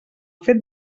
fet